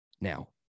Now